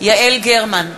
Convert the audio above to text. יעל גרמן,